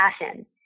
passion